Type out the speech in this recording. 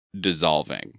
dissolving